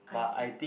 I see